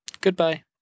Goodbye